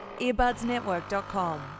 earbudsnetwork.com